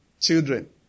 children